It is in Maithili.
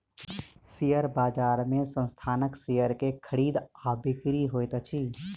शेयर बजार में संस्थानक शेयर के खरीद आ बिक्री होइत अछि